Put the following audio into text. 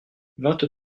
vingt